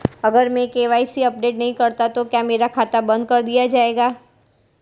अगर मैं KYC update नहीं करता तो क्या मेरा खाता बंद कर दिया जाएगा?